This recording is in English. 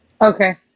Okay